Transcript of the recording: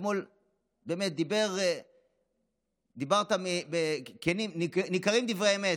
אתמול במה שדיברת ניכרים דברי אמת,